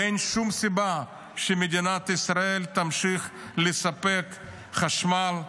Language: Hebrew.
ואין שום סיבה שמדינת ישראל תמשיך לספק חשמל,